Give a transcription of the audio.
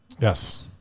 Yes